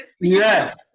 Yes